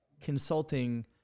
consulting